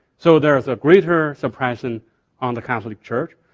so there's a greater suppression on the catholic church.